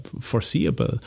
foreseeable